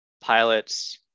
pilots